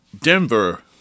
Denver